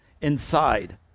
inside